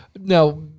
now